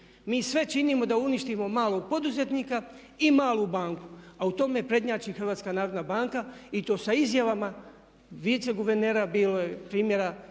mi sve činimo da uništimo malog poduzetnika i malu banku a u tome prednjači Hrvatska narodna banka i to sa izjavama viceguvernera bilo je primjera